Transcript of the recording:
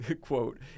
quote